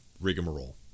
rigmarole